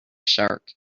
shark